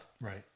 right